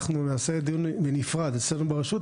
אנחנו נעשה דיון בנפרד אצלנו ברשות,